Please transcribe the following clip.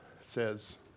says